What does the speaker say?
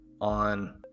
on